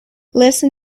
listen